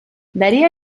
daría